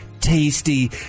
tasty